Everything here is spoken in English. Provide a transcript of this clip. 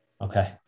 Okay